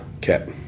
kit